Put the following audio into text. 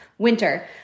winter